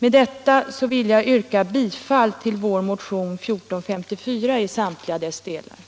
Med detta vill jag yrka bifall till samtliga yrkanden i vår motion nr 1454.